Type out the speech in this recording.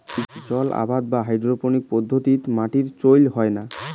জলআবাদ বা হাইড্রোপোনিক্স পদ্ধতিত মাটির চইল না হয়